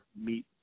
meet